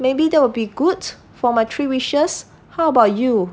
maybe that will be good for my three wishes how about you